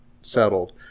settled